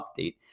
update